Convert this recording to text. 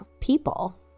people